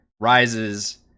rises